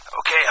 okay